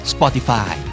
Spotify